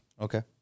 Okay